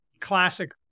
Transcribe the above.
classic